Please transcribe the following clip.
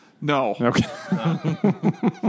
No